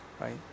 right